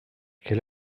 quelle